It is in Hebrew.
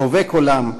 חובק עולם,